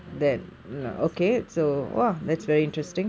ya than elsewhere ya is is there